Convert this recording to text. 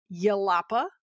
Yalapa